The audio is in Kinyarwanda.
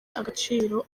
agaciro